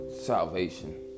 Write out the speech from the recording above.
salvation